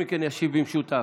עם כל הכבוד.